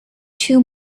two